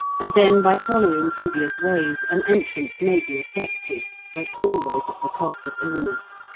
and then by following devious ways an entrance may be effected, but always at the cost of illness.